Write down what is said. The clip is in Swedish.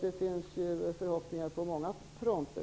Det finns förhoppningar på många fronter.